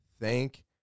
thank